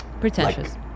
Pretentious